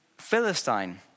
Philistine